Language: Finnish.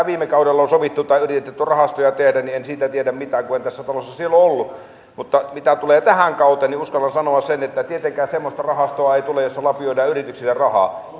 viime kaudella on sovittu tai yritetty rahastoja tehdä niin en siitä tiedä mitään kun en tässä talossa silloin ollut mutta mitä tulee tähän kauteen niin uskallan sanoa sen että tietenkään semmoista rahastoa ei tule jossa lapioidaan yrityksille rahaa